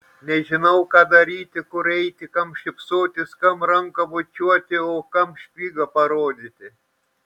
nežinau ką daryti kur eiti kam šypsotis kam ranką bučiuoti o kam špygą parodyti